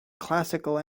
classical